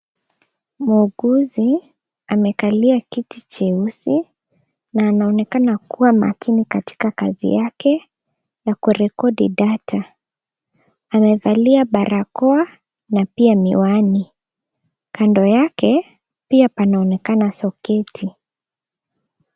Muuguzi amekalia kiti cheusi na anaonekana kuwa makini katika kazi yake ya kurekodi data. Amevalia barakoa na pia miwani .Kando yake pia panaonekana soketi.